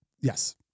Yes